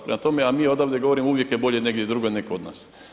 Prema tome, a mi odavde govorimo uvijek je bolje negdje drugdje nego kod nas.